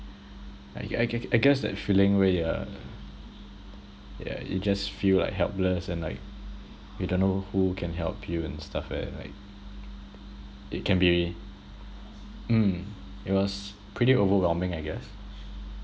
I c~ I guess that feeling where you're yeah you just feel like helpless and like you don't know who can help you and stuff like that like it can be mm it was pretty overwhelming I guess